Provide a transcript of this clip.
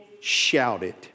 shouted